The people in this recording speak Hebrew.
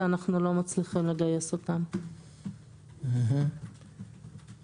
הזאת גייס, לפי מה שאני יודע, למעלה מ-20 פקחים.